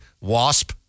wasp